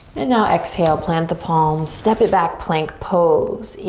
and now exhale, plant the palms. step it back, plank pose.